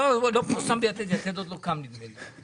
לא פורסם ב'יתד', 'יתד' עוד לא קם, נדמה לי.